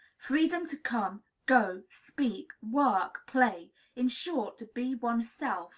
freedom to come, go, speak, work, play in short, to be one's self